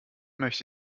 möchte